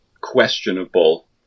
questionable